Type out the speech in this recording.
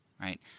right